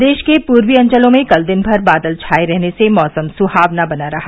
प्रदेश के पूर्वी अंचलों में कल दिन भर बादल छाये रहने से मौसम सुहावना बना रहा